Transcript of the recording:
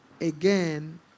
again